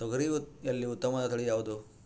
ತೊಗರಿಯಲ್ಲಿ ಉತ್ತಮವಾದ ತಳಿ ಯಾವುದು?